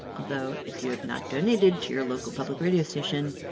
although if you have not donated to your local public radio station,